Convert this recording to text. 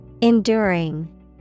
Enduring